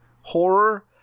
horror